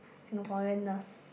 Singaporeaness